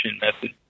method